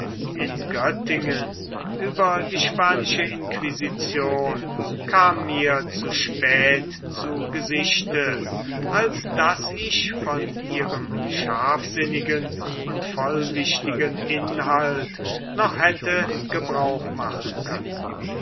in göttingen über die spanische inquisition kam mir zu spät zu gesichte als daß ich von ihrem scharfsinnigen und vollwichtigen inhalt noch hätte gebrauch machen können